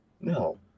No